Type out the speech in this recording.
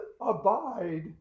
abide